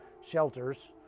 shelters